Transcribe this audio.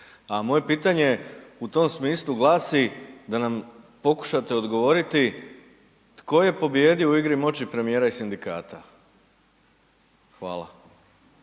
A moje pitanje u tom smislu glasi da nam pokušate odgovoriti tko je pobijedio u igri moći premijera i sindikata? Hvala.